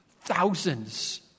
Thousands